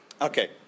Okay